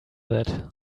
that